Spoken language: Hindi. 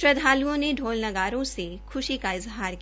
श्रद्वालुओं ने ढोल नगारों से खुशी का इजहार किया